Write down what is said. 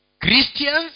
Christians